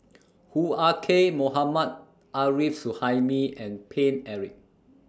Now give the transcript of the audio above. Hoo Ah Kay Mohammad Arif Suhaimi and Paine Eric